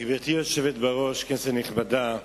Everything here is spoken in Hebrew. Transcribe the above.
גברתי היושבת בראש, כנסת נכבדה,